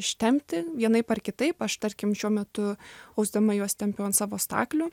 ištempti vienaip ar kitaip aš tarkim šiuo metu ausdama juos tempiau ant savo staklių